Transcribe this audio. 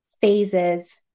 phases